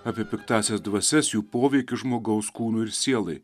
apie piktąsias dvasias jų poveikį žmogaus kūnui ir sielai